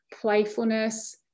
playfulness